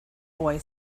boy